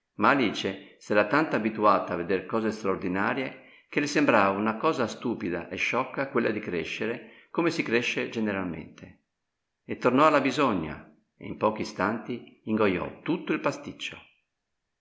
ma alice s'era tanto abituata a veder cose straordinarie che le sembrava una cosa stupida e sciocca quella di crescere come si cresce generalmente e tornò alla bisogna e in pochi istanti ingoiò tutto il pasticcio